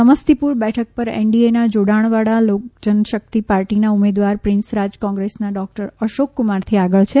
સમસ્તિપુર બેઠક પર એનડીએના જોડાણવાડા લોકજનશકિત પાર્ટીના ઉમેદવાર પ્રિન્સરાજ કોંગ્રેસના ડોક્ટર અશોક કુમારથી આગળ છે